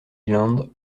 island